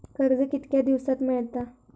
कर्ज कितक्या दिवसात मेळता?